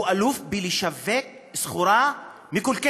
הוא אלוף בשיווק סחורה מקולקלת,